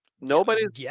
Nobody's